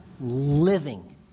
living